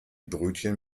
brötchen